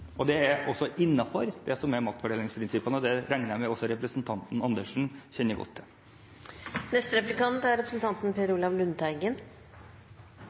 det. Det er også innenfor maktfordelingsprinsippet, og det regner jeg med at også representanten Andersen kjenner godt til.